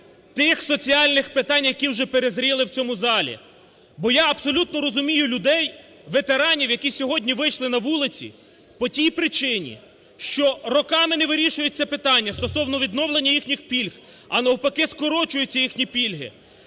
тих соціальних питань, які вже перезріли в цьому залі. Бо я абсолютно розумію людей, ветеранів, які сьогодні вийшли на вулиці по тій причині, що роками не вирішується питання стосовно відновлення їхніх пільг, а навпаки скорочуються їхні пільги!